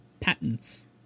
Patents